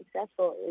successful